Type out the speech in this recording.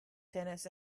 tennis